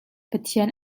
pathian